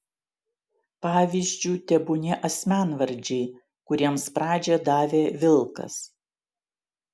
pavyzdžiu tebūnie asmenvardžiai kuriems pradžią davė vilkas